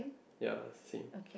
ya same